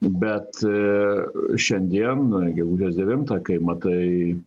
bet šiandien gegužės devintą kai matai